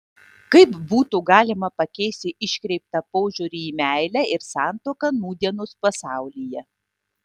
kaip būtų galima pakeisti iškreiptą požiūrį į meilę ir santuoką nūdienos pasaulyje